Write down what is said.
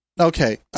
okay